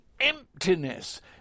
emptiness